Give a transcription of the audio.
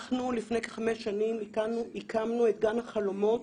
אנחנו לפני כחמש שנים הקמנו את "גן החלומות"